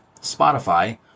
Spotify